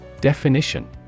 Definition